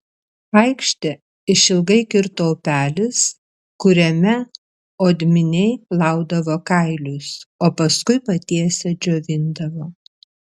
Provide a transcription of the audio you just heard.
aikštę išilgai kirto upelis kuriame odminiai plaudavo kailius o paskui patiesę džiovindavo